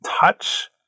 touch